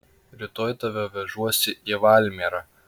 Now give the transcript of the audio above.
rytoj tave vežuosi į valmierą